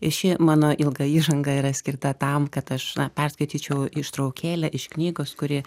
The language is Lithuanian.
ir ši mano ilga įžanga yra skirta tam kad aš na perskaityčiau ištraukėlę iš knygos kuri